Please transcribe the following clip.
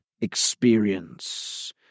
experience